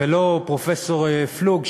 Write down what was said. ולא פרופסור פלוג,